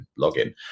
login